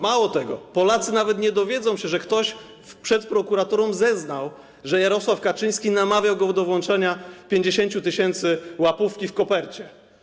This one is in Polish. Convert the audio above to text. Mało tego, Polacy nawet nie dowiedzą się, że ktoś przed prokuraturą zeznał, że Jarosław Kaczyński namawiał go do wręczenia 50 tys. łapówki w kopercie.